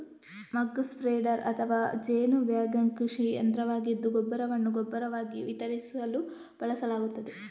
ಮಕ್ spreader ಅಥವಾ ಜೇನು wagon ಕೃಷಿ ಯಂತ್ರವಾಗಿದ್ದು ಗೊಬ್ಬರವನ್ನು ಗೊಬ್ಬರವಾಗಿ ವಿತರಿಸಲು ಬಳಸಲಾಗುತ್ತದೆ